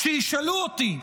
כשישאלו אותי,